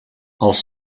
els